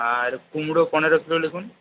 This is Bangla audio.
আর কুমড়ো পনেরো কিলো লিখুন